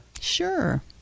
Sure